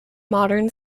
modern